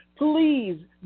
Please